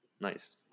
Nice